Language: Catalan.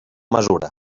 mesura